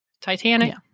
Titanic